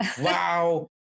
wow